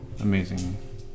amazing